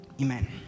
amen